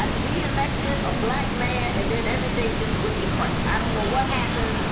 but we elected a black man, and then everything just went to crap. i don't know what happened.